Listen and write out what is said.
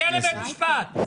הוא יגיע לבית משפט.